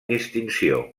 distinció